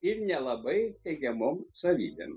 ir nelabai teigiamom savybėm